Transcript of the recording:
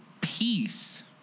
peace